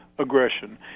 aggression